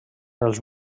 els